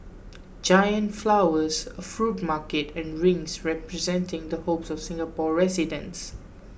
giant flowers a fruit market and rings representing the hopes of Singapore residents